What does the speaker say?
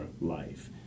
life